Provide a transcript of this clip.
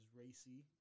racy